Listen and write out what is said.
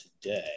today